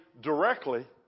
directly